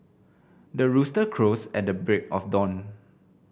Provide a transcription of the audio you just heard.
the rooster crows at the break of dawn